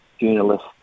journalist